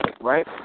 Right